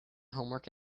homework